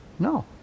No